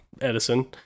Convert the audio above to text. Edison